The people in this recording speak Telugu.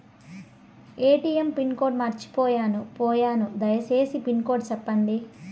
ఎ.టి.ఎం పిన్ కోడ్ మర్చిపోయాను పోయాను దయసేసి పిన్ కోడ్ సెప్పండి?